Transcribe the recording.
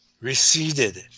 receded